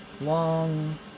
long